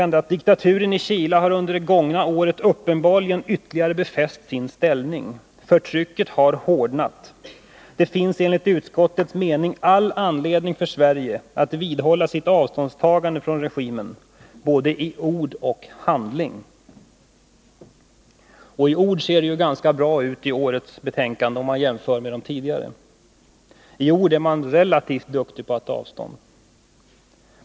”Diktaturen i Chile har under det gångna året uppenbarligen ytterligare befäst sin ställning. Förtrycket har hårdnat. Det finns enligt utskottets mening all anledning för Sverige att vidhålla sitt avståndstagande från regimen både i ord och handling.” När det gäller orden ser det ganska bra ut i årets betänkande, om man jämför med tidigare betänkanden. I ord är man relativt duktig på att ta avstånd.